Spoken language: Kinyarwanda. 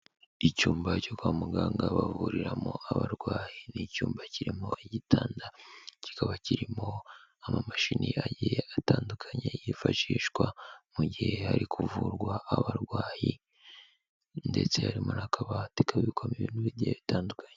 Icyumba cyo kwa muganga bavuriramo abarwayi, ni icyumba kirimo igitanda, kikaba kirimo amamashini agiye atandukanye yifashishwa mu gihe hari kuvurwa abarwayi ndetse harimo n'akabati kabikwamo ibintu bigiye bitandukanye.